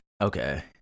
Okay